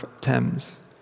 Thames